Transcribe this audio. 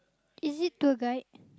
is it tour guide